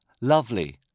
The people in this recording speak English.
Lovely